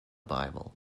bible